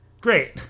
Great